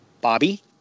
bobby